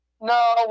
No